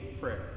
prayer